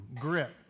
grip